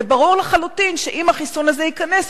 וברור לחלוטין שאם החיסון הזה ייכנס,